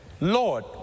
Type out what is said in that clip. Lord